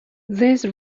these